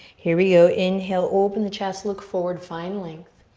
here we go. inhale, open the chest, look forward, find length.